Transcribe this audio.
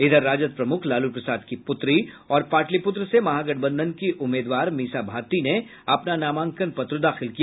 इधर राजद प्रमुख लालू प्रसाद की पुत्री और पाटलिपुत्र से महागठबंधन की उम्मीदवार मीसा भारती ने अपना नामांकन पत्र दाखिल किया